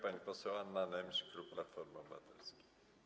Pani poseł Anna Nemś, klub Platformy Obywatelskiej.